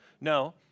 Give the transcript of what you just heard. No